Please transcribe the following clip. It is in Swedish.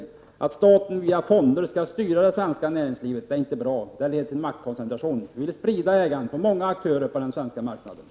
Det är inte bra att staten via fonder skall styra det svenska näringslivet. Detta leder till maktkoncentration. Vi vill sprida ägandet på många aktörer på den svenska marknaden.